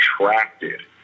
attracted